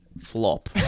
Flop